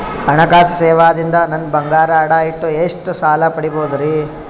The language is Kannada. ಹಣಕಾಸು ಸೇವಾ ದಿಂದ ನನ್ ಬಂಗಾರ ಅಡಾ ಇಟ್ಟು ಎಷ್ಟ ಸಾಲ ಪಡಿಬೋದರಿ?